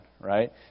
right